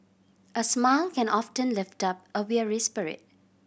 a smile can often lift up a weary spirit